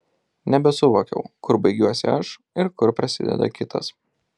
nebesuvokiau kur baigiuosi aš ir kur prasideda kitas